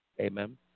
Amen